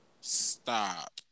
Stop